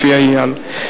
לפי העניין.